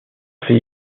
fait